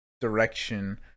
direction